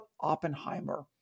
Oppenheimer